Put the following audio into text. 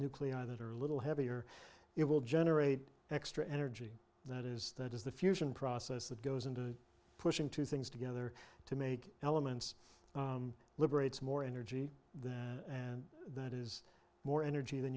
nuclei that are a little heavier it will generate extra energy that is that is the fusion process that goes into pushing two things together to make elements liberates more energy and that is more energy than